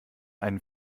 einen